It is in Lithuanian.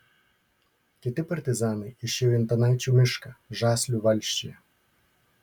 kiti partizanai išėjo į antanaičių mišką žaslių valsčiuje